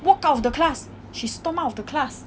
walk out of the class she stormed out of the class